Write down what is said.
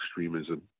extremism